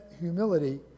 humility